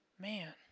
man